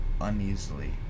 uneasily